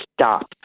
stop